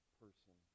person